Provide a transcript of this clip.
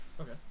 Okay